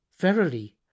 verily